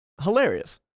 hilarious